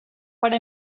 para